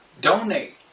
donate